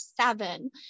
seven